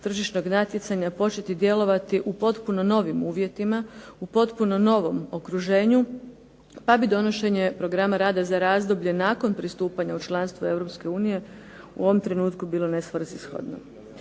tržišnog natjecanja početi djelovati u potpuno novim uvjetima, u potpuno novom okruženju pa bi donošenje programa rada za razdoblje nakon pristupanje u članstvo EU u ovom trenutku bilo nesvrsishodno.